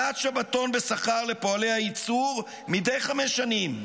שנת שבתון בשכר לפועלי הייצור מדי חמש שנים,